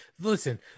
listen